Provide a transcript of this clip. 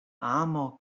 amo